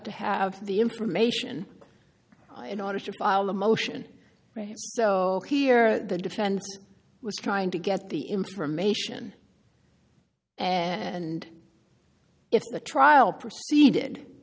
to have the information in order to file a motion so here the defense was trying to get the information and if the trial proceeded